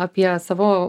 apie savo